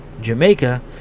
Jamaica